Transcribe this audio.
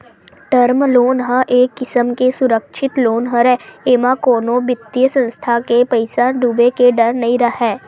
term loan ह एक किसम के सुरक्छित लोन हरय एमा कोनो बित्तीय संस्था के पइसा डूबे के डर नइ राहय